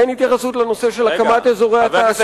אין התייחסות לנושא של הקמת אזורי התעסוקה,